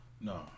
No